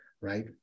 right